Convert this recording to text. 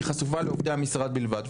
היא חשופה לעובדי המשרד בלבד.